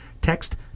text